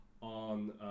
on